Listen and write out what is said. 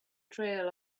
trail